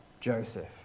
Joseph